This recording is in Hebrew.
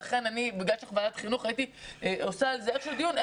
ולכן אני חושבת שוועדת החינוך צריכה לעשות דיון על